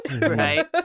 Right